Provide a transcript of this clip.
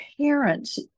parents